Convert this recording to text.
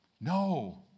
No